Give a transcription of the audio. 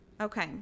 Okay